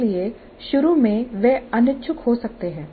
इसलिए शुरू में वे अनिच्छुक हो सकते हैं